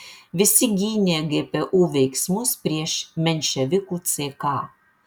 visi gynė gpu veiksmus prieš menševikų ck